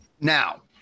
Now